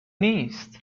نیست